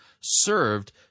served